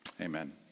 amen